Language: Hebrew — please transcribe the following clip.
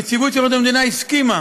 נציבות שירות המדינה הסכימה